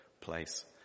place